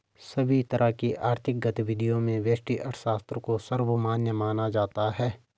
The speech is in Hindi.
सभी तरह की आर्थिक गतिविधियों में व्यष्टि अर्थशास्त्र को सर्वमान्य माना जाता है